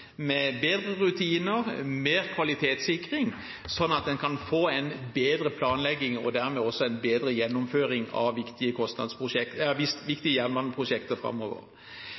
med bedre rutiner og mer kvalitetssikring, slik at en kan få en bedre planlegging og dermed også en bedre gjennomføring av viktige